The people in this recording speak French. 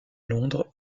londres